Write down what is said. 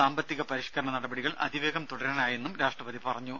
സാമ്പത്തിക പരിഷ്കരണ നടപടികൾ അതിവേഗം തുടരാനായെന്ന് രാഷ്ട്രപതി പറഞ്ഞു